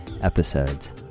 episodes